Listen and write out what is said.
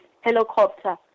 helicopter